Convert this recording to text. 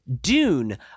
dune